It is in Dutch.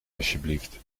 alsjeblieft